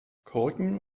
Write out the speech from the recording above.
korken